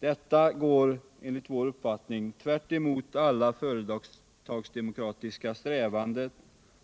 Detta går enligt vår uppfattning tvärt emot alla företagsdemokratiska strävanden,